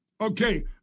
Okay